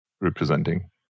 representing